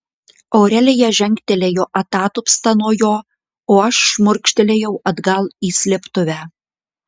aurelija žengtelėjo atatupsta nuo jo o aš šmurkštelėjau atgal į slėptuvę